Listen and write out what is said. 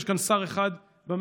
יש כאן שר אחד מהממשלה,